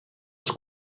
els